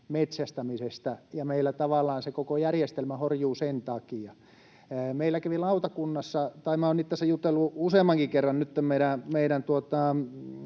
metsästämisestä ja meillä tavallaan se koko järjestelmä horjuu sen takia? Olen itse asiassa jutellut useammankin kerran nytten meidän